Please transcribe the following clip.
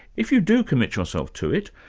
if you do commit yourself to it,